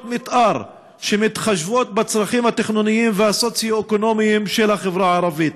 מתאר שמתחשבות בצרכים התכנוניים והסוציו-אקונומיים של החברה הערבית.